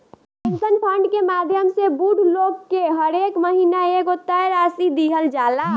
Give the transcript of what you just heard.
pension fund के माध्यम से बूढ़ लोग के हरेक महीना एगो तय राशि दीहल जाला